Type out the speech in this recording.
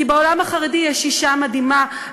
כי בעולם החרדי יש אישה מדהימה,